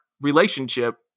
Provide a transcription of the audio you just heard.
relationship